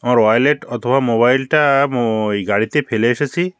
আমার ওয়ালেট অথবা মোবাইলটা ওই গাড়িতে ফেলে এসেছি